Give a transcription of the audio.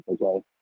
okay